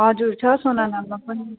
हजुर छ सोनादामा पनि